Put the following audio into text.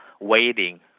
waiting